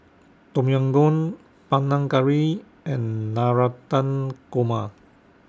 Tom Yam Goong Panang Curry and Navratan Korma